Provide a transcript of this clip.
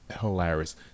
hilarious